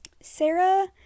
Sarah